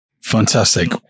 Fantastic